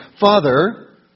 Father